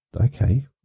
okay